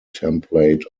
template